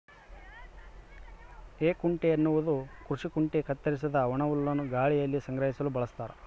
ಹೇಕುಂಟೆ ಎನ್ನುವುದು ಕೃಷಿ ಕುಂಟೆ ಕತ್ತರಿಸಿದ ಒಣಹುಲ್ಲನ್ನು ಗಾಳಿಯಲ್ಲಿ ಸಂಗ್ರಹಿಸಲು ಬಳಸ್ತಾರ